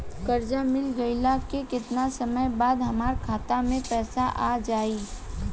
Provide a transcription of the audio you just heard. कर्जा मिल गईला के केतना समय बाद हमरा खाता मे पैसा आ जायी?